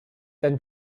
then